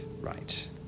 right